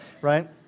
right